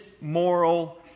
moral